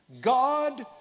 God